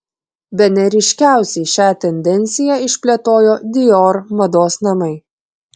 bene ryškiausiai šią tendenciją išplėtojo dior mados namai